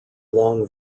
long